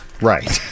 Right